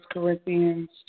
Corinthians